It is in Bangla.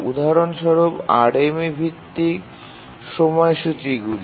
উদাহরণ স্বরূপ RMA ভিত্তিক সময়সূচীগুলি